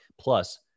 plus